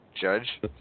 Judge